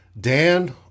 Dan